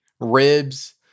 ribs